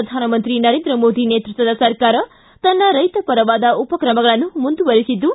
ಪ್ರಧಾನಮಂತ್ರಿ ನರೇಂದ್ರ ಮೋದಿ ನೇತೃತ್ವದ ಸರ್ಕಾರ ತನ್ನ ರೈತ ಪರವಾದ ಉಪಕ್ರಮಗಳನ್ನು ಮುಂದುವರೆಸಿದ್ದು